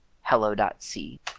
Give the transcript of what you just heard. hello.c